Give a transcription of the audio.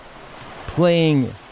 Playing